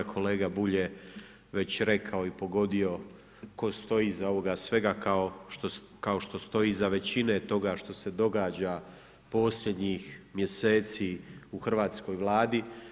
Kolega Bulj je već rekao i pogodio tko stoji iza ovoga svega, kao što stoji iza većine toga što se događa posljednjih mjeseci u Hrvatskoj vladi.